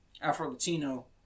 Afro-Latino